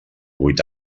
vuit